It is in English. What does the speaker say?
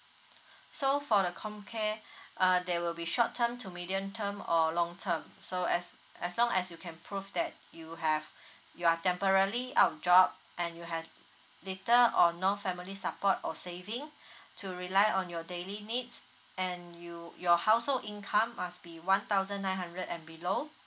so for the comcare uh there will be short term to medium term or long term so as as long as you can prove that you have you are temporally out of job and you have little or no family support or saving to rely on your daily needs and you your household income must be one thousand nine hundred and below